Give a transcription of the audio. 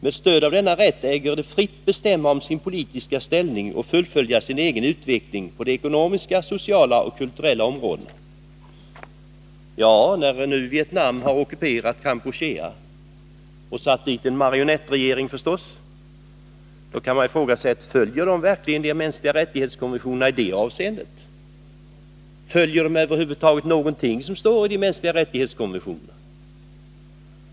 Med stöd av denna rätt äger de att fritt bestämma om sin politiska ställning och fullfölja sin egen utveckling på de ekonomiska, sociala och kulturella områdena.” När nu Vietnam har ockuperat Kampuchea och satt dit en marionettregering kan man ju fråga: Följer Vietnam konventionerna om de mänskliga rättigheterna i det avseendet? Följer Vietnam över huvud taget någonting som står i konventionen om mänskliga rättigheter?